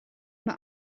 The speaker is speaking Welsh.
mae